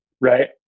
right